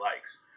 likes